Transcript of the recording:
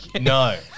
No